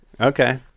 Okay